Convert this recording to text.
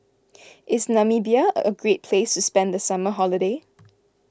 is Namibia a a great place spend the summer holiday